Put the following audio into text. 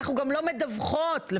אנחנו גם לא מדווחות בהיקף גדול,